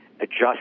adjust